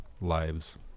lives